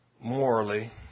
morally